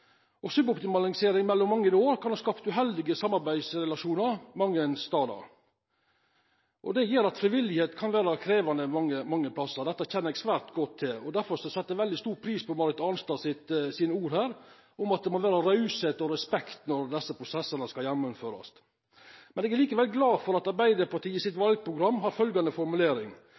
Suboptimalisering gjennom mange år kan ha skapt uheldige samarbeidsrelasjonar mange stader. Det gjer at frivilligheit kan vera krevjande. Dette kjenner eg svært godt til. Difor sette eg veldig stor pris på Marit Arnstad sine ord her om at det må vera «raushet og respekt» når desse prosessane skal gjennomførast. Eg er likevel glad for at Arbeidarpartiet i sitt valprogram har følgjande formulering: